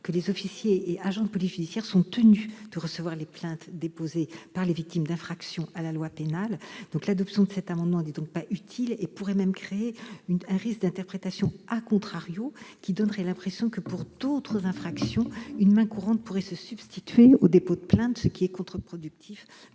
que « les officiers et agents de police judiciaire sont tenus de recevoir les plaintes déposées par les victimes d'infractions à la loi pénale ». L'adoption de cet amendement n'est donc pas utile et pourrait même créer un risque d'interprétation, en donnant l'impression que, pour d'autres infractions, une main courante pourrait se substituer au dépôt de plainte, ce qui serait contre-productif.